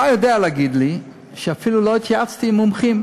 אתה יודע להגיד שאפילו לא התייעצתי עם מומחים.